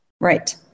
right